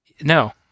No